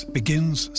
begins